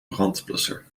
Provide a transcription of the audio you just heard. brandblusser